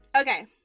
Okay